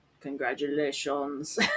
Congratulations